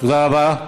תודה רבה.